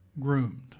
groomed